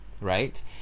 right